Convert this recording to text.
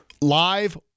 live